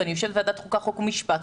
ואני יושבת בוועדת חוקה חוק ומשפט,